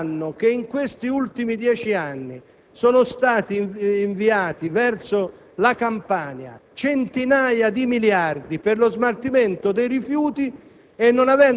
che sanno che in questi ultimi dieci anni sono stati inviati verso la Campania centinaia di miliardi per lo smaltimento dei rifiuti